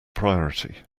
priority